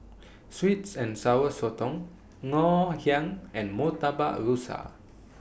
Sweets and Sour Sotong Ngoh Hiang and Murtabak Rusa